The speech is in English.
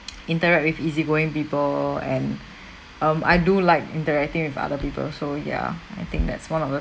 interact with easy-going people and um I do like interacting with other people so yeah I think that's one of the